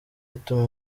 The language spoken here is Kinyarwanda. ituma